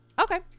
Okay